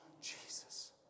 Jesus